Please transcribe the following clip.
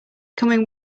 coming